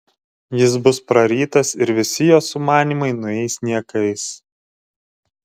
jis bus prarytas ir visi jos sumanymai nueis niekais